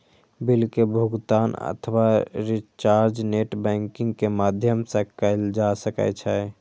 bill के भुगातन अथवा रिचार्ज नेट बैंकिंग के माध्यम सं कैल जा सकै छै